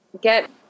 Get